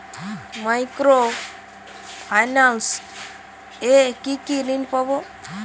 Micro finance এ কি কি ঋণ পাবো?